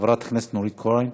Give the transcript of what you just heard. חברת הכנסת נורית קורן.